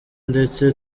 ndetse